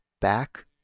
back